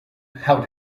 how